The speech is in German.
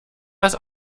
was